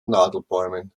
nadelbäumen